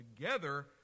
together